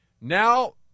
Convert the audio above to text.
Now